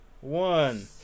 one